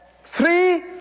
Three